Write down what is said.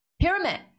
Pyramid